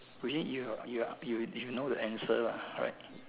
between you you you you know the answer lah right